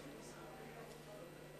פ/1826.